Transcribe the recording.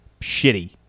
shitty